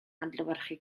adlewyrchu